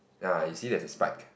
ah you see there's a spike